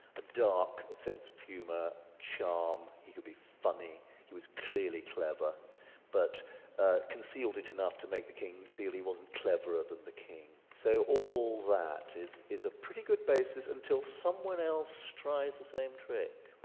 a dark sense of humour charm, he could be funny, he was clearly clever but concealed it enough to make the king feel he wasn't cleverer than the king. king. so all that is is a pretty good basis until someone else tries the same trick,